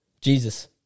Jesus